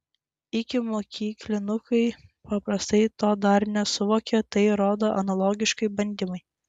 ikimokyklinukai paprastai to dar nesuvokia tai rodo analogiški bandymai